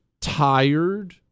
tired